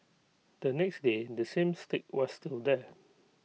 the next day the same stick was still there